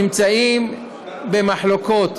נמצאים במחלוקות